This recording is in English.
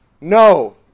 No